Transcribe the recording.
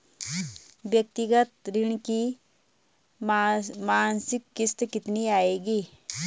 व्यक्तिगत ऋण की मासिक किश्त कितनी आएगी?